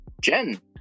Jen